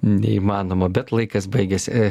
neįmanoma bet laikas baigėsi